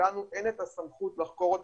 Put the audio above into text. לנו אין את הסמכות לחקור אותן,